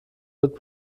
wird